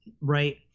right